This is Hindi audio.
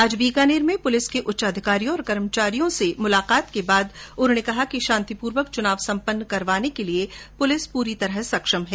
आज बीकानेर में पुलिस के उच्च अधिकारियों और कर्मचारियों से मुलाकात करने के बाद उन्होंने कहा कि शांतिपूर्वक चुनाव सम्पन्न करवाने के लिए पुलिस पूरी तरह सक्षम है